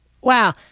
Wow